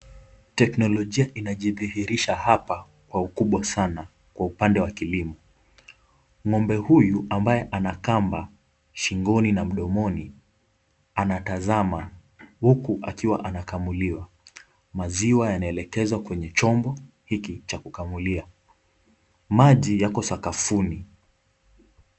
Tecknologia inajidhihirisha hapa kwa ukubwa sana kwa upande wa kilimo, ng'ombe huyu ambaye ana kamba shingoni na mdomoni anatazama, huku akiwa anakamuliwa, maziwa yanaelekezwa kwenye chombo hiki cha kukamulia, maji yako sakafuni.